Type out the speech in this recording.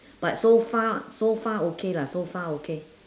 but so far so far okay lah so far okay